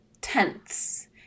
tenths